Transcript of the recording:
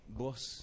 boss